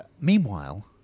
meanwhile